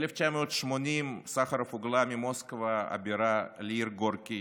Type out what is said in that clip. ב-1980 סחרוב הוגלה ממוסקבה הבירה לעיר גורקי,